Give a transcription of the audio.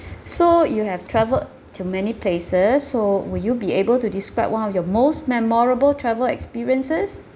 so you have traveled to many places so will you be able to describe one of your most memorable travel experiences